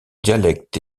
dialecte